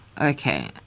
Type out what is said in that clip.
Okay